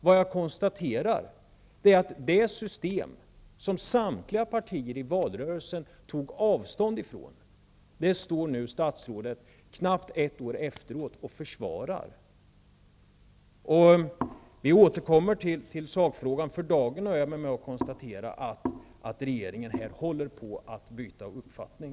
Vad jag konstaterar är att det system som samtliga partier i valrörelsen tog avstånd från står nu statsrådet, knappt ett år efteråt, och försvarar. Vi återkommer till sakfrågan. För dagen nöjer jag mig med att konstatera att regeringen här håller på att byta uppfattning.